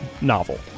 novel